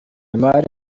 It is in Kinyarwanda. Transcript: imari